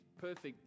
perfect